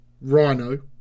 Rhino